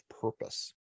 purpose